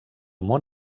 món